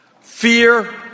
fear